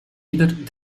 ieder